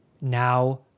Now